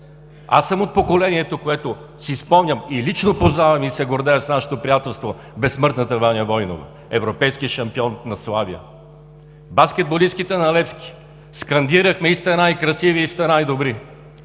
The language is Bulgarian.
Аз съм от поколението, което си спомня, лично познавам и се гордея с нашето приятелство, безсмъртната Ваня Войнова – европейски шампион на „Славия“. Баскетболистките на „Левски“. Скандирахме „И сте най-красиви, и сте най-добри!“.